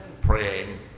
praying